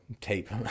Tape